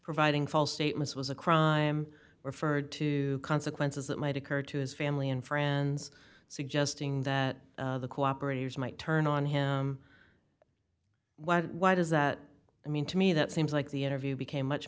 providing false statements was a crime referred to consequences that might occur to his family and friends suggesting that the cooperators might turn on him why why does that mean to me that seems like the interview became much